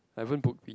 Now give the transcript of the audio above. I haven't book